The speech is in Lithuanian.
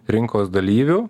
rinkos dalyvių